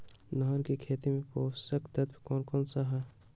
धान की खेती में पोषक तत्व कौन कौन सा है?